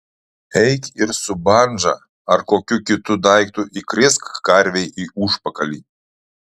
eik ir su bandža ar kokiu kitu daiktu įkrėsk karvei į užpakalį